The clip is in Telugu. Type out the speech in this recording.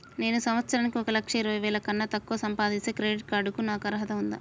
నేను సంవత్సరానికి ఒక లక్ష ఇరవై వేల కన్నా తక్కువ సంపాదిస్తే క్రెడిట్ కార్డ్ కు నాకు అర్హత ఉందా?